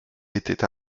étaient